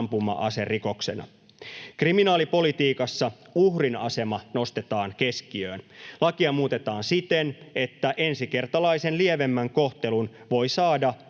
ampuma-aserikoksena. Kriminaalipolitiikassa uhrin asema nostetaan keskiöön. Lakia muutetaan siten, että ensikertalaisen lievemmän kohtelun voi saada